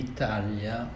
Italia